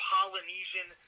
Polynesian